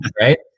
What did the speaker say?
right